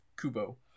Kubo